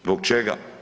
Zbog čega?